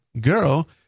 girl